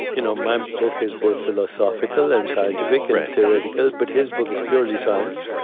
you know my book is both philosophical and scientific and theoretical, but his book is purely science,